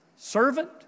Servant